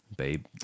babe